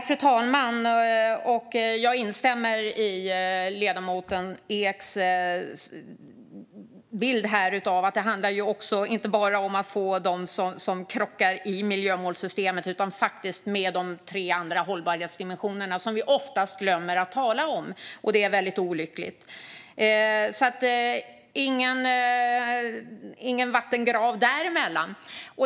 Fru talman! Jag instämmer i ledamoten Eks bild av att det inte bara handlar om när det blir krockar i miljömålssystemet utan faktiskt när det blir krockar mellan de tre andra hållbarhetsdimensionerna som vi oftast glömmer att tala om, vilket är väldigt olyckligt. Det är alltså ingen vattengrav däremellan.